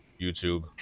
YouTube